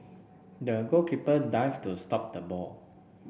the goalkeeper dive to stop the ball